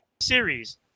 series